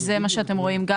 זה מה שאתם רואים גם